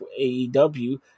AEW